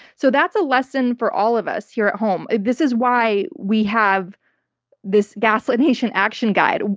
so that's a lesson for all of us here at home. this is why we have this gaslit nation action guide.